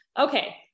Okay